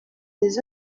des